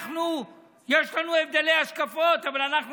יש לנו הבדלי השקפות, אבל אנחנו